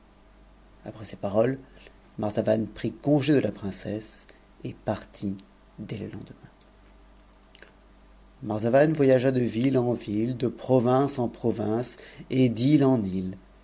après ces paroles marzavan prit congé de la princesse et it dès le lendemain t zavan voyagea de ville en ville de province en province et d'î